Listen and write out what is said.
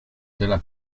della